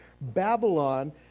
Babylon